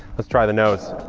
let's try the nose.